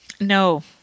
No